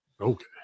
Okay